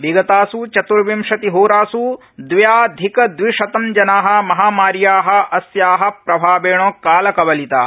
विगतास् चत्र्विशतिहोरास् दव्याधिकदविशतं जना महामार्या अस्या प्रभावेण कालकवलिता